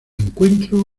encuentro